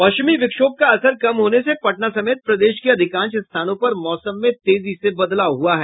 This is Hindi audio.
पश्चिमी विक्षोभ का असर कम होने से पटना समेत प्रदेश के अधिकांश स्थानों पर मौसम में तेजी से बदलाव हुआ है